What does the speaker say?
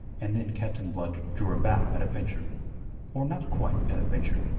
and then captain blood drew a bow at a venture or not quite at a venture.